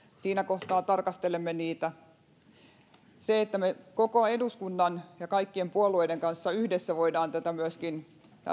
siinä kohtaa tarkastelemme niitä me voimme koko eduskunnan ja kaikkien puolueiden kanssa yhdessä myöskin